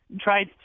tried